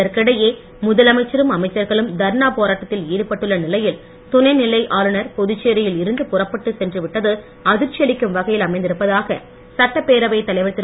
இதற்கிடையே முதலமைச்சரும் அமைச்சர்களும் தரணா போராட்டத்தில் ஈடுபட்டுள்ள நிலையில் துணைநிலை ஆளுனர் புதுச்சேரியில் இருந்து புறப்பட்டு சென்றுவிட்டது அதிர்ச்சி அளிக்கும் வகையில் அமைந்திருப்பதாக சட்டப் பேரவைத் தலைவர் திரு